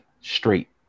straight